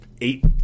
eight